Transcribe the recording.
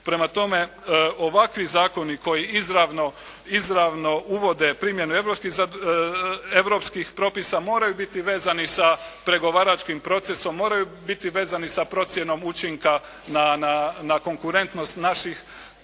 Prema tome, ovakvi zakoni koji izravno uvode primjenu europskih propisa moraju biti vezani sa pregovaračkim procesom, moraju biti vezani sa procjenom učinka na konkurentnost naših